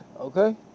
Okay